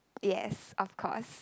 yes of course